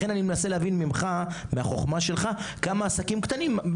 לכן אני מנסה להבין מהחכמה שלך כמה עסקים קטנים יש?